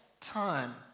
time